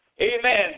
Amen